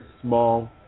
small